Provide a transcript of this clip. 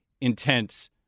intense